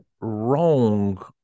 wrong